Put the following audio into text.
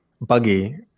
Buggy